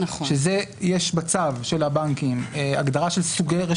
יש בצו של הבנקים הגדרה של סוגים,